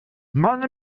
meine